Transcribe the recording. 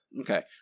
Okay